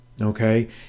Okay